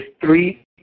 three